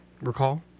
recall